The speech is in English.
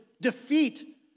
defeat